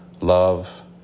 love